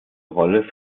rolle